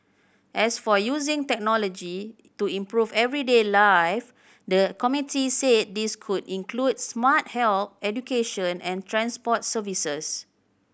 as for using technology to improve everyday life the committee said this could include smart health education and transport services